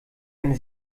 eine